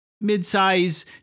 mid-size